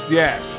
yes